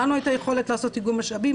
לנו הייתה יכולת לעשות איגום משאבים